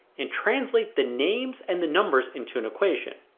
and translate the names and the numbers into an equation.